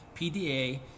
PDA